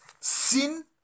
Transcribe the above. sin